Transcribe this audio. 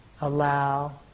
allow